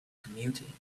commuting